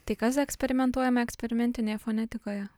tai kas eksperimentuojama eksperimentinėje fonetikoje